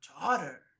daughter